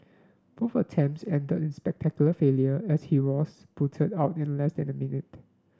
both attempts ended in spectacular failure as he was booted out in less than a minute